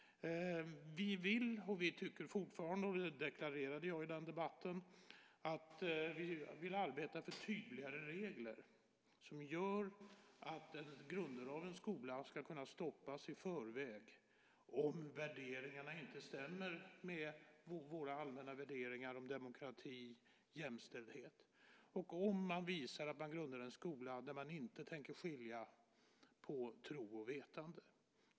Vi vill och tycker fortfarande, och deklarerade det i DN Debatt, att vi vill arbeta för tydligare regler som gör att grundande av en skola ska kunna stoppas i förväg om värderingarna inte stämmer med våra allmänna värderingar om demokrati och jämställdhet och om det gäller grundande av en skola där man inte tänker skilja på tro och vetande.